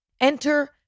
Enter